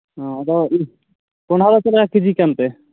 ᱦᱮᱸ ᱟᱫᱚ ᱠᱚᱸᱰᱷᱟᱫᱚ ᱪᱮᱫ ᱞᱮᱠᱟ ᱠᱮᱡᱤ ᱠᱟᱱᱛᱮ